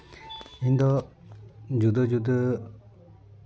ᱤᱧ ᱫᱚ ᱡᱩᱫᱟᱹ ᱡᱩᱫᱟᱹ